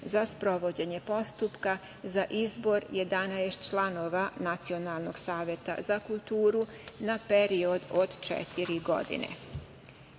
za sprovođenje postupka za izbor 11 članova Nacionalnog saveta za kulturu na period od četiri